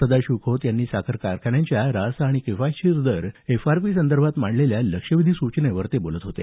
सदाशिव खोत यांनी साखर कारखान्यांच्या रास्त आणि किफायतशीर दर एफआरपी संदर्भात मांडलेल्या लक्षवेधी सूचनेवर ते बोलत होते